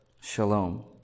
shalom